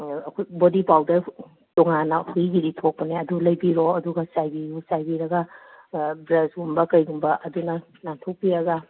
ꯑꯩꯈꯣꯏ body powder ꯇꯣꯉꯥꯟꯅ ꯍꯨꯏꯒꯤꯗꯤ ꯊꯣꯛꯄꯅꯦ ꯑꯗꯨ ꯂꯩꯕꯤꯔꯣ ꯑꯗꯨꯒ ꯆꯥꯏꯕꯤꯌꯨ ꯆꯥꯏꯕꯤꯔꯒ ꯕ꯭ꯔꯁꯀꯨꯝꯕ ꯀꯩꯒꯨꯝꯕ ꯑꯗꯨꯅ ꯅꯥꯟꯊꯣꯛꯄꯤꯔꯒ